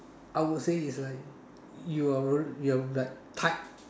I will say is like you are real~ you are like tied